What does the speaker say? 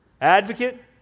advocate